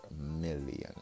million